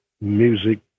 music